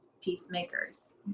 peacemakers